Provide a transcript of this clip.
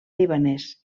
libanès